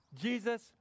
Jesus